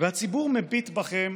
והציבור מביט בכם,